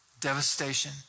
devastation